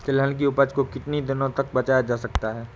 तिलहन की उपज को कितनी दिनों तक बचाया जा सकता है?